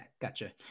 gotcha